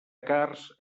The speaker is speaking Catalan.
cards